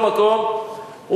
מכל מקום,